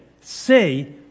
say